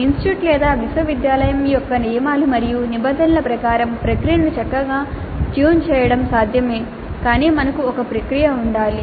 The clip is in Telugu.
ఇన్స్టిట్యూట్ లేదా విశ్వవిద్యాలయం యొక్క నియమాలు మరియు నిబంధనల ప్రకారం ప్రక్రియను చక్కగా ట్యూన్ చేయడం సాధ్యమే కాని మనకు ఒక ప్రక్రియ ఉండాలి